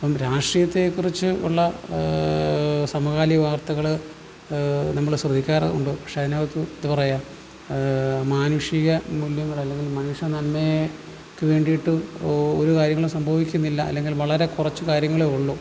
അപ്പം രാഷ്ട്രീയത്തെ കുറിച്ച് ഉള്ള സമകാലിക വാർത്തകള് നമ്മള് ശ്രവിക്കാറ് ഉണ്ട് പക്ഷെ അതിനകത്ത് എന്ത് പറയുക മാനുഷിക മൂല്യങ്ങൾ അല്ലെങ്കിൽ മനുഷ്യ നന്മയ്ക്ക് വേണ്ടിയിട്ട് ഒരു കാര്യങ്ങളും സംഭവിക്കുന്നില്ല അല്ലങ്കിൽ വളരെ കുറച്ചു കാര്യങ്ങളെ ഉള്ളു